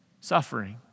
suffering